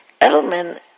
Edelman